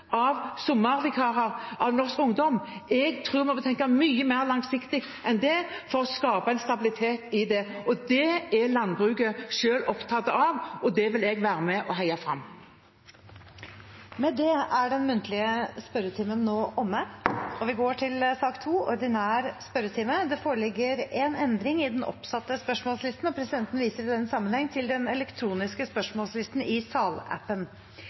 av sommervikarer, av norsk ungdom. Jeg tror vi må tenke mye mer langsiktig enn det for å skape en stabilitet. Det er landbruket selv opptatt av, og det vil jeg være med og heie fram. Med det er den muntlige spørretimen nå omme. Det foreligger én endring i den oppsatte spørsmålslisten. Presidenten viser i den sammenheng til den elektroniske spørsmålslisten i salappen.